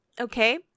Okay